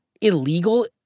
illegal